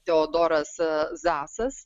teodoras zasas